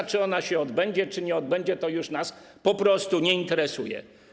A czy impreza się odbędzie, czy nie odbędzie, to już nas po prostu nie interesuje.